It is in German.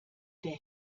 der